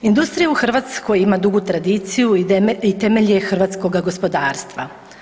Industrija u Hrvatskoj ima dugu tradiciju i temelj je hrvatskoga gospodarstva.